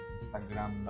Instagram